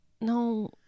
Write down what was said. No